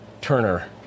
Turner